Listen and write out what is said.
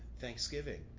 thanksgiving